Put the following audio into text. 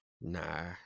Nah